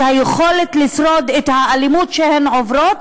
את היכולת לשרוד את האלימות שהן עוברות,